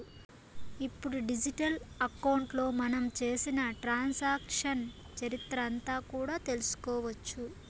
ఇప్పుడు డిజిటల్ అకౌంట్లో మనం చేసిన ట్రాన్సాక్షన్స్ చరిత్ర అంతా కూడా తెలుసుకోవచ్చు